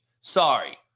Sorry